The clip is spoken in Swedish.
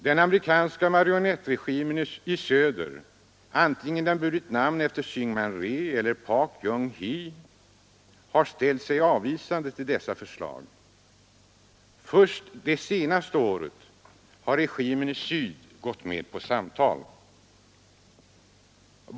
Den amerikanska marionettregimen i söder — antingen den burit namn efter Syngman Ree eller Pak Jung Hi — har ställt sig avvisande till dessa förslag. Först det senaste året har regimen i syd gått med på samtal.